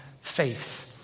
faith